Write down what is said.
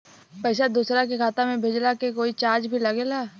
पैसा दोसरा के खाता मे भेजला के कोई चार्ज भी लागेला?